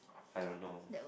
I don't know